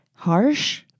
Harsh